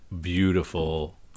Beautiful